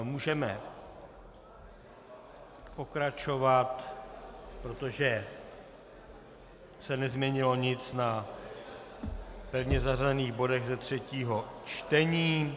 Můžeme pokračovat, protože se nezměnilo nic na pevně zařazených bodech ze třetího čtení.